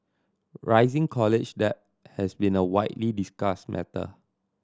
rising college debt has been a widely discussed matter